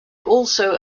also